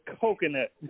coconut